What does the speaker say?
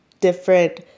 different